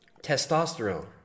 testosterone